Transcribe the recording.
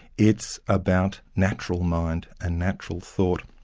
it's about natural mind and natural thought.